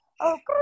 Okay